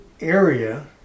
area